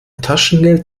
taschengeld